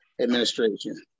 administration